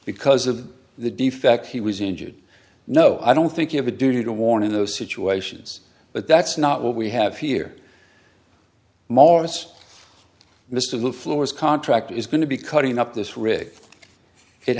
because of the defect he was injured no i don't think you have a duty to warn in those situations but that's not what we have here morris mr the floor is contract is going to be cutting up this